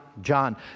john